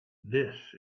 this